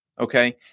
Okay